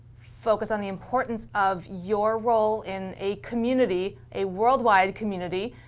focus on the importance of your role in a community, a worldwide community,